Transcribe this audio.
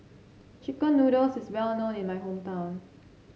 chicken noodles is well known in my hometown